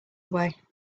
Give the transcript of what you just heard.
away